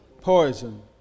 poison